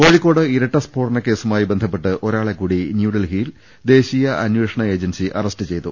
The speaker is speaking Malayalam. കോഴിക്കോട് ഇരട്ട സ്ഫോടന കേസുമായി ബന്ധപ്പെട്ട് ഒരാളെ കൂടി ന്യൂഡൽഹിയിൽ ദേശീയ അന്യ്ഷണ ഏജൻസി അറസ്റ്റ് ചെയ്തു